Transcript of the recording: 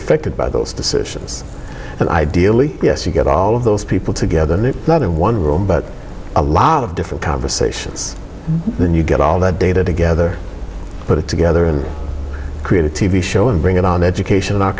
affected by those decisions and ideally yes you get all of those people together not in one room but a lot of different conversations then you get all the data together put it together and create a t v show and bring it on education in our